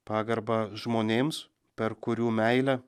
pagarbą žmonėms per kurių meilę